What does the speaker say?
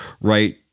right